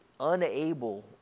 unable